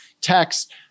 text